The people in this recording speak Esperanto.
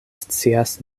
scias